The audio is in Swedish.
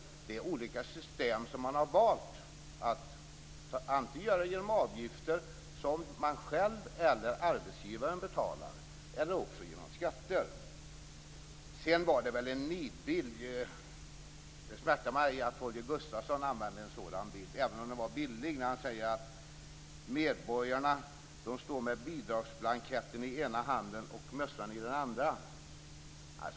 Det är olika system som man har valt. Antingen gör man det genom avgifter som medborgarna själva eller arbetsgivaren betalar, eller också gör man det genom skatter. Det var en nidbild. Det smärtar mig att Holger Gustafsson använde en sådan bild, även om den var bildlig. Han säger att medborgarna står med bidragsblanketten i ena handen och mössan i den andra.